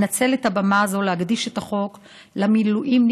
אנצל את הבמה הזאת להקדיש את החוק למילואימניקים